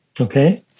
Okay